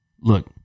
look